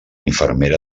infermera